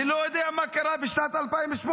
--- אני לא יודע מה קרה בשנת 2018,